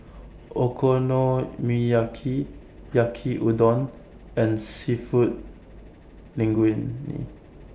Okonomiyaki Yaki Udon and Seafood Linguine